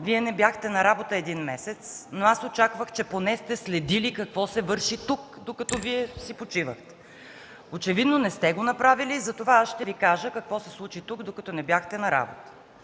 Вие не бяхте на работа един месец, но очаквах, че поне сте следили какво се върши тук, докато си почивахте. Очевидно не сте го направили, затова ще Ви кажа какво се случи тук докато не бяхте на работа.